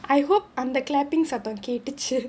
I hope அந்த:andha clapping சத்தம் கேட்டுச்சு:satham kaettuchu